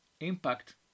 impact